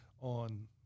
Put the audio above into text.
on